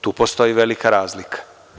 Tu postoji velika razlika.